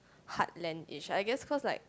heartlandish I guess cause like